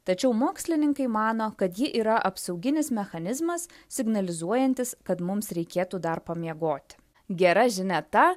tačiau mokslininkai mano kad ji yra apsauginis mechanizmas signalizuojantis kad mums reikėtų dar pamiegoti gera žinia ta